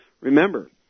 Remember